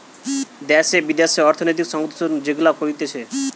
দ্যাশে বিদ্যাশে অর্থনৈতিক সংশোধন যেগুলা করতিছে